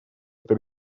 эта